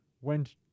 went